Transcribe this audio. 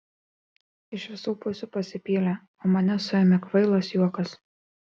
iš visų pusių pasipylė o mane suėmė kvailas juokas